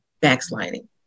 backsliding